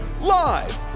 live